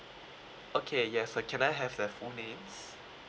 okay yes uh can I have their full names